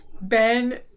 Ben